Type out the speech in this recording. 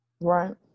Right